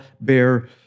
bear